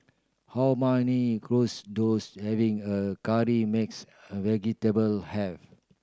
how many does having a curry mixed a vegetable have